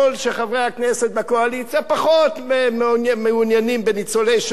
שחברי הכנסת בקואליציה פחות מעוניינים בניצולי השואה,